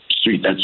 Street